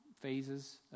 phases